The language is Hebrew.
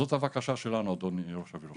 זאת הבקשה שלנו אדוני היושב ראש.